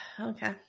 Okay